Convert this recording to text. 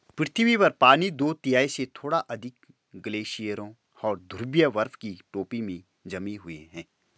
पृथ्वी पर पानी दो तिहाई से थोड़ा अधिक ग्लेशियरों और ध्रुवीय बर्फ की टोपी में जमे हुए है